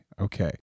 okay